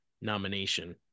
nomination